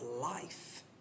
life